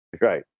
Right